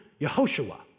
Yehoshua